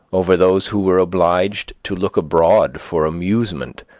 over those who were obliged to look abroad for amusement,